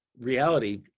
reality